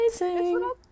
Amazing